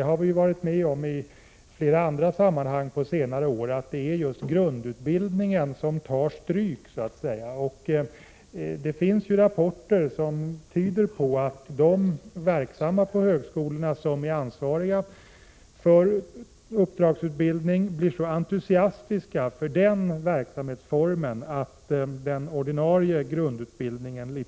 I flera andra sammanhang på senare år har vi varit med om att det är just grundutbildningen som tar stryk. Det finns rapporter som tyder på att de verksamma på högskolorna som är ansvariga för uppdragsutbildning blir så entusiastiska för den verkamhetsformen att den ordinarie grundutbildningen